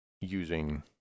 using